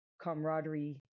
camaraderie